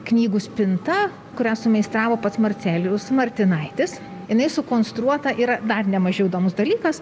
knygų spinta kurią sumeistravo pats marcelijus martinaitis jinai sukonstruota yra dar ne mažiau įdomus dalykas